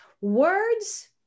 Words